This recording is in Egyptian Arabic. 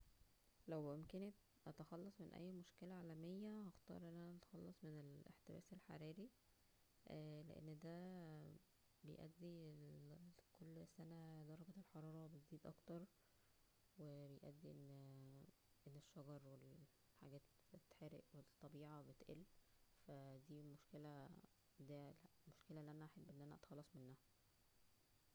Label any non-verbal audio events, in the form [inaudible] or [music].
لو بامكانى اتخلص من اى مشكلة عالمية هختار ان انا اتخلص من الاحتباس الحرارى لان دا [hesitation] بيادى ل [hesitation] كل سنة درجة الحرارة بتزيد اكتروبيادو ان شجر والحاجات تتحرق ويادى ل- ان الطبيعة بتقل فا دى مشكلة دا [hesitation] احب ان انا اتخلص منها